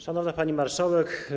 Szanowna Pani Marszałek!